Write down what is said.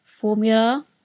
formula